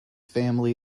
family